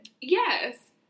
yes